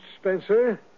Spencer